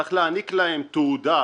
צריך להעניק להם תעודה.